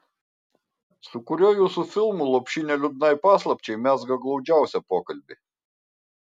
su kuriuo jūsų filmu lopšinė liūdnai paslapčiai mezga glaudžiausią pokalbį